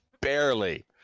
barely